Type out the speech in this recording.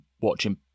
watching